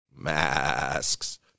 masks